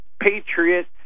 Patriot